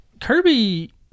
Kirby